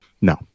No